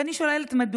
ואני שואלת מדוע?